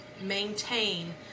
maintain